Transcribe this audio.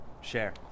Share